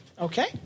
Okay